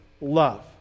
love